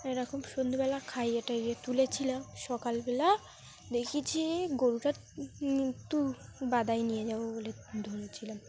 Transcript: এরকম সন্ধ্যেবেলা খাইয়ে টাইয়ে তুলেছিলাম সকালবেলা দেখি যে গরুটা তো বাদায় নিয়ে যাব বলে ধরেছিলাম